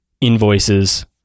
invoices